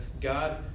God